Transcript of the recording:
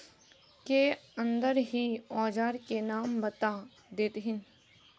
के अंदर ही औजार के नाम बता देतहिन?